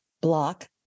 block